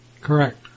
Correct